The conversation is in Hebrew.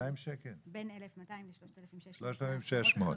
בין 1,200 ל-3,600 שקלים.